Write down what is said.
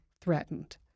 threatened